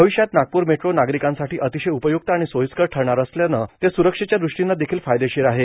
भविष्यात नागपूर मेट्रो नागरिकांसाठी अतिशय उपयुक्त आणि सोयीस्कर ठरणार असल्यानं ते सुरक्षेच्या दृष्टीनं देखील फायदेशीर आहे